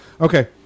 Okay